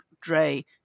dray